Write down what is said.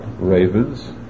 ravens